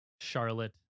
Charlotte